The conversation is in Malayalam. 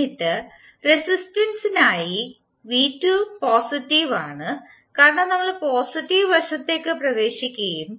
എന്നിട്ട് റെസിസ്റ്റൻസിനായി v2 പോസിറ്റീവ് ആണ് കാരണം നമ്മൾ പോസിറ്റീവ് വശത്തേക്ക് പ്രവേശിക്കുകയും